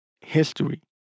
history